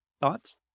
Thoughts